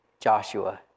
Joshua